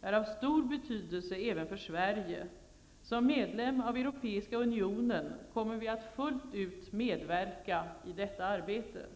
är av stor betydelse även för Sverige. Som medlem av Europeiska unionen kommer vi att fullt ut medverka i detta arbete.